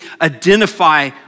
identify